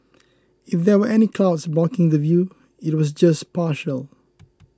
if there were any clouds blocking the view it was just partial